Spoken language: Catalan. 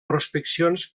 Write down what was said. prospeccions